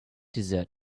desert